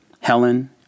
Helen